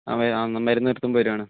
മരുന്ന് നിർത്തുമ്പോൾ വരുവാണ്